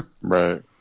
Right